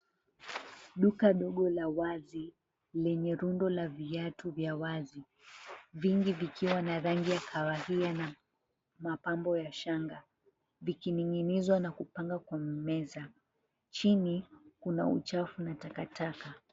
Duka dogo la wazi lenye rundo la viatu vya wazi, vingi vikiwa na rangi ya kahawia na mapambo ya shanga vikining'inizwa na kupangwa kwa meza, chini kuna uchafu na takataka.